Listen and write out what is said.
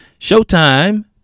Showtime